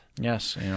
Yes